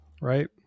right